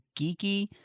geeky